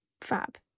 fab